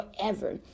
forever